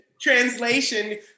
translation